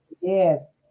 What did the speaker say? Yes